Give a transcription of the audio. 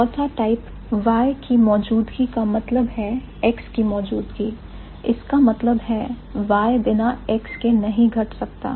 चौथा type Y की मौजूदगी का मतलब है X की मौजूदगी इसका मतलब है Y बिना X के नहीं घट सकता